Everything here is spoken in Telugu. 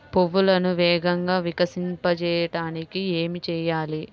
పువ్వులను వేగంగా వికసింపచేయటానికి ఏమి చేయాలి?